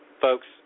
Folks